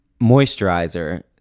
moisturizer